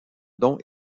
dont